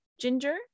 ginger